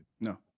No